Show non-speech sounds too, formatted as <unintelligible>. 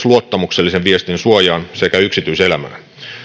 <unintelligible> luottamuksellisen viestin suojaan sekä yksityiselämään